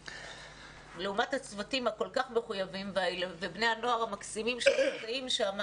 לעומת הצוותים הכול כך מחויבים ובני הנוער המקסימים שנמצאים שם,